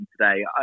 today